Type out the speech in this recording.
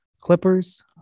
Clippers